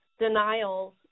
denials